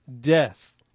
death